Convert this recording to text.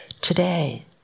today